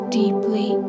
deeply